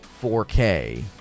4K